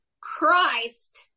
Christ